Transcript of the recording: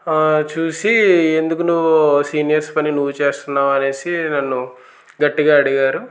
చూసి ఎందుకు నువ్వు సీనియర్స్ పని నువ్వు చేస్తున్నావు అనేసి నన్ను గట్టిగా అడిగారు